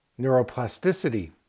neuroplasticity